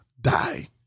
Die